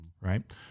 right